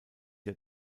der